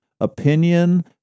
opinion